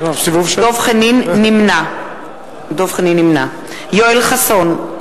אינו משתתף בהצבעה יואל חסון,